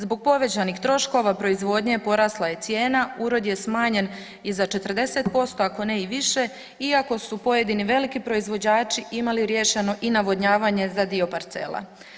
Zbog povećanih troškova proizvodnje, porasla je cijena, urod je smanjen i za 40% ako ne i više, iako su pojedini veliki proizvođači imali riješeno i navodnjavanje za dio parcela.